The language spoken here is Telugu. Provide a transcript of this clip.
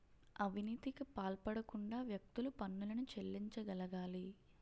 అవినీతికి పాల్పడకుండా వ్యక్తులు పన్నులను చెల్లించగలగాలి